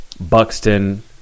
Buxton